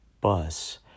bus